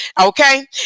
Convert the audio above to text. Okay